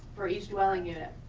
for each dwelling unit.